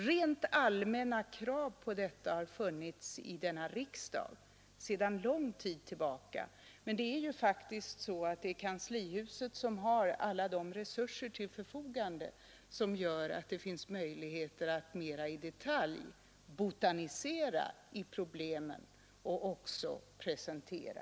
Rent allmänna krav på detta har funnits i a. Men det är ju faktiskt kanslihuset som riksdagen sedan lång tid tillba till sitt förfogande har alla de resurser vilka gör att det finns möjligheter att mera i detalj botanisera bland problemen och också presentera